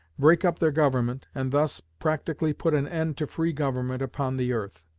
break up their government, and thus practically put an end to free government upon the earth.